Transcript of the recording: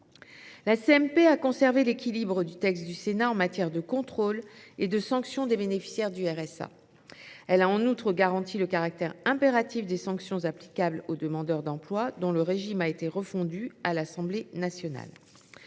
a conservé l’équilibre du texte du Sénat en matière de contrôle et de sanctions des bénéficiaires du RSA. Elle a en outre garanti le caractère impératif des sanctions applicables aux demandeurs d’emploi, dont le régime a été refondu à l’Assemblée nationale.